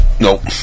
Nope